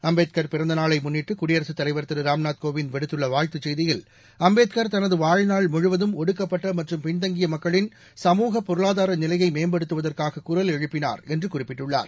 அம்பேத்கார் பிறந்த நாளை முன்னிட்டு குடியரசுத் தலைவர் திரு ராம்நாத் கோவிந்த் விடுத்துள்ள வாழ்த்துச் செய்தியில் அம்பேத்கர் தனது வாழ்நாள் முழுவதும் ஒடுக்கப்பட்ட மற்றும் பின்தங்கிய மக்களின் சமூக பொருளாதார நிலையை மேம்படுத்துவதற்காக குரல் எழுப்பினார் என்று குறிப்பிட்டுள்ளார்